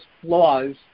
flaws